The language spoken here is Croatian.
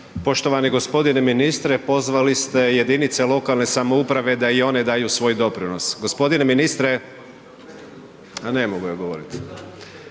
Poštovani gospodine ministre pozvali ste jedinice lokalne samouprave da i one daju svoj doprinos. Gospodine ministre, a ne mogu ja govori.